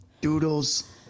Doodles